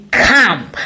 Come